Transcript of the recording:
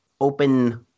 open